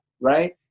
right